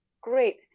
great